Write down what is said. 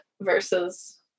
Versus